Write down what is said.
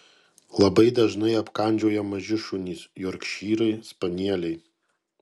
labai dažnai apkandžioja maži šunys jorkšyrai spanieliai